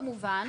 כמובן,